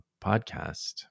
podcast